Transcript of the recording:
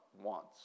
wants